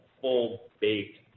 full-baked